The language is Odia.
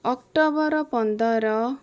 ଅକ୍ଟୋବର ପନ୍ଦର